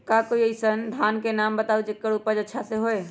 का कोई अइसन धान के नाम बताएब जेकर उपज अच्छा से होय?